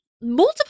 multiple